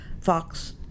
Fox